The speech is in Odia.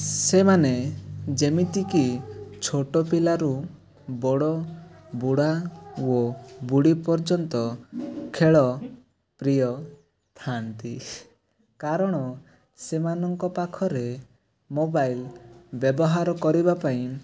ସେମାନେ ଯେମିତି କି ଛୋଟ ପିଲାରୁ ବଡ଼ ବୁଢ଼ା ଓ ବୁଢ଼ୀ ପର୍ଯ୍ୟନ୍ତ ଖେଳ ପ୍ରିୟ ଥାନ୍ତି କାରଣ ସେମାନଙ୍କ ପାଖରେ ମୋବାଇଲ ବ୍ୟବହାର କରିବା ପାଇଁ